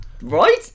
Right